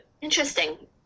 Interesting